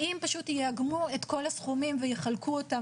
האם פשוט יאגמו את כל הסכומים ויחלקו אותם